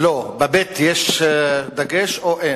לא, בבי"ת יש דגש או אין?